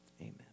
Amen